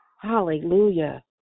Hallelujah